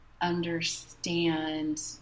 understand